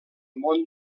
món